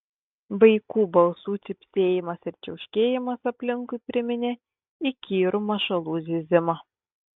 vaikų balsų cypsėjimas ir čiauškėjimas aplinkui priminė įkyrų mašalų zyzimą